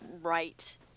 right